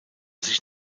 sich